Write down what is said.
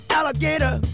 alligator